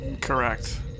Correct